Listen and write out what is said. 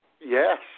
Yes